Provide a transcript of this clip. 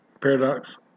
paradox